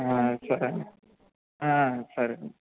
సరే సరే